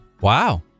Wow